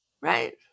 right